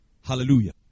Hallelujah